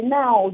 now